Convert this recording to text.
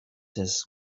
his